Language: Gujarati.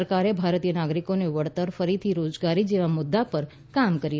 સરકાર ભારતીય નાગરિકોને વળતર ફરીથી રોજગારી જેવા મુદ્દાઓ પર પણ કામ કરી રહી છે